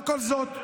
לאור כל זאת,